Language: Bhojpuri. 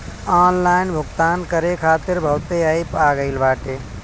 ऑनलाइन भुगतान करे खातिर बहुते एप्प आ गईल बाटे